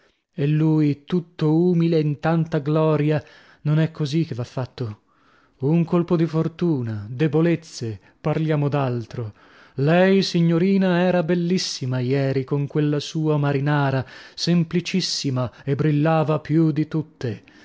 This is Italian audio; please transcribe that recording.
e lui tutto umile in tanta gloria non è così che va fatto un colpo di fortuna debolezze parliamo d'altro lei signorina era bellissima ieri con quella sua marinara semplicissima e brillava più di tutte